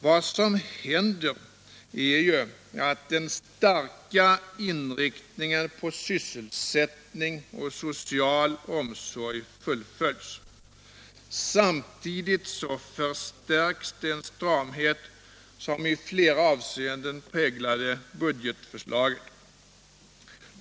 Vad som händer är ju att den starka inriktningen på sysselsättning och social omsorg fullföljs. Samtidigt förstärks den stramhet som i flera avseenden präglade budgetförslaget.